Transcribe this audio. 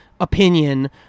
opinion